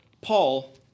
paul